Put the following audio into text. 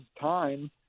time